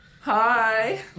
Hi